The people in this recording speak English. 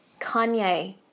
Kanye –